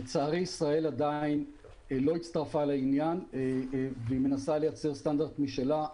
לצערי ישראל עדיין לא הצטרפה לעניין והיא מנסה לייצר סטנדרט משלה.